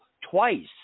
twice